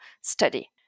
study